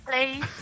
please